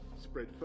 spread